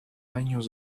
años